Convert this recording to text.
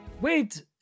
Wait